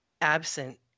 absent